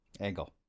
angle